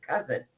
cousin